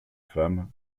femmes